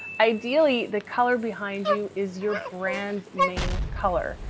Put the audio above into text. ideally the color behind you is your brand's main color.